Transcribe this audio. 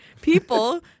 People